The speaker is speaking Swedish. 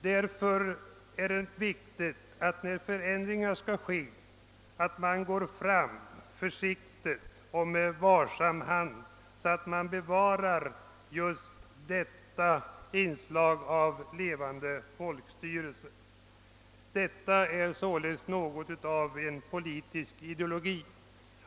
Därför är det viktigt att man när förändringar skall ske går fram med varsam hand, så att man bevarar inslaget av levande folkstyrelse. Detta är alltså något av en politisk ideologi.